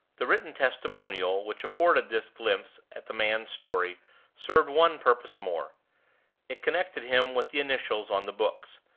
the written testimonial which afforded this glimpse at the man's story served one purpose more it connected him with the initials on the books,